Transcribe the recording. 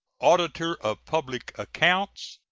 auditor of public accounts,